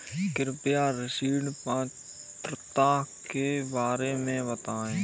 कृपया ऋण पात्रता के बारे में बताएँ?